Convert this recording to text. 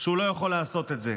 שהוא לא יכול לעשות את זה.